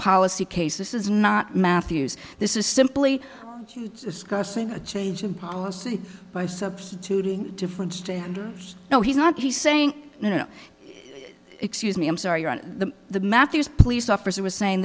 policy case this is not matthews this is simply discussing a change in policy by substituting difference to no he's not he's saying you know excuse me i'm sorry you're on to the matthews police officer was saying